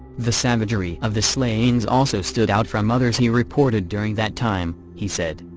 the savagery of the slayings also stood out from others he reported during that time, he said.